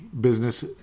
business